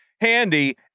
handy